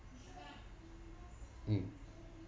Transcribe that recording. mm